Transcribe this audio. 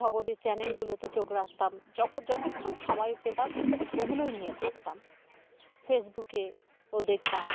খবরের চ্যানেলগুলোতে চোখ রাখতাম য যতক্ষণ সময় পেতাম ওগুলোই নিয়ে থাকতাম ফেসবুকেও দেখতাম